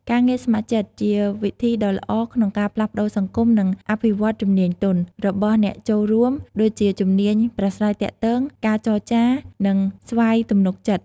ការងារស្ម័គ្រចិត្ត ជាវិធីដ៏ល្អក្នុងការផ្លាស់ប្តូរសង្គម និងអភិវឌ្ឍជំនាញទន់ (soft skills) របស់អ្នកចូលរួម ដូចជាជំនាញប្រាស្រ័យទាក់ទង ការចរចា និងស្វ័យទំនុកចិត្ត។